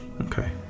Okay